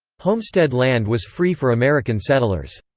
homestead land was free for american settlers.